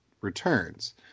Returns